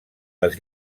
les